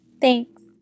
Thanks